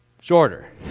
shorter